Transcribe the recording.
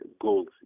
goals